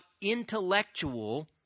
intellectual